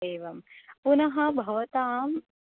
एवं पुनः भवताम्